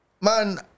man